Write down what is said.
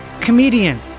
Comedian